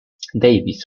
davis